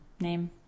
name